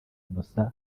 innocent